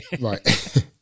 Right